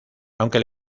aunque